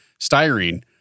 styrene